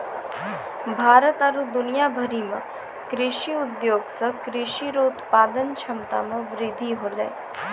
भारत आरु दुनिया भरि मे कृषि उद्योग से कृषि रो उत्पादन क्षमता मे वृद्धि होलै